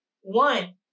one